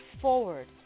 forward